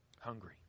Hungry